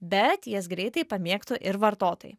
bet jas greitai pamėgtų ir vartotojai